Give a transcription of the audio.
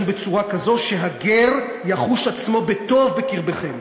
בצורה כזו שהגר יחוש עצמו בטוב בקרבכם";